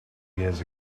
years